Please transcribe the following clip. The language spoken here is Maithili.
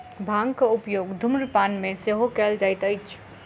भांगक उपयोग धुम्रपान मे सेहो कयल जाइत अछि